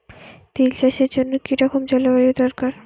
তিল চাষের জন্য কি রকম জলবায়ু দরকার?